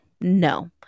No